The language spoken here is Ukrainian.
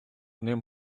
ним